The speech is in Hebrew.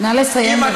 נא לסיים, בבקשה.